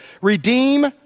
Redeem